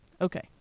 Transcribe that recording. Okay